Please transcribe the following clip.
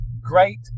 great